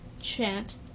Chant